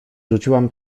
rzuciłam